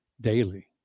daily